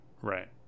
right